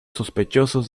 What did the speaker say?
sospechosos